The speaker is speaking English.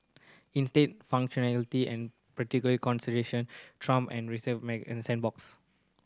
instead functionality and practical consideration trump and received messiness of sandbox